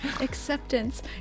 Acceptance